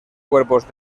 cuerpos